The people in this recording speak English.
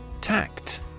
TACT